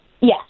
yes